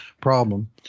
problem